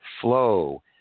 flow